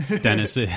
Dennis